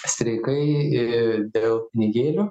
streikai ir dėl pinigėlių